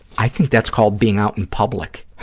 i think that's called being out in public.